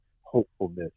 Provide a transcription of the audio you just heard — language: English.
hopefulness